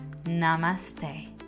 Namaste